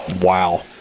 Wow